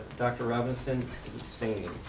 dr. robinson is abstaining.